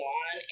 on